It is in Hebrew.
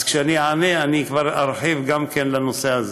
אז כשאני אענה אני כבר ארחיב גם בנושא הזה.